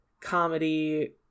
comedy